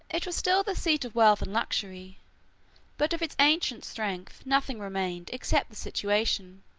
it was still the seat of wealth and luxury but of its ancient strength, nothing remained except the situation,